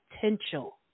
potential